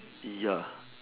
ya